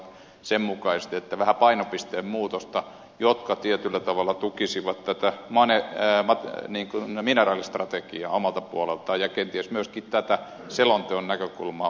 vähän painopisteen muutosta joka tietyllä tavalla tukisi tätä mineraalistrategiaa omalta puoleltaan ja kenties myöskin tätä selonteon näkökulmaa